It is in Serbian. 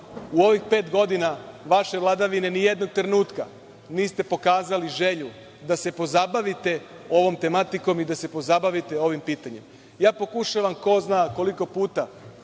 u ovih pet godina vaše vladavine ni jednog trenutka niste pokazali želju da se pozabavite ovom tematikom i da se pozabavite ovim pitanjem. Ja pokušavam ko zna koliko puta